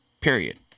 Period